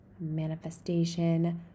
manifestation